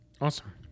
Awesome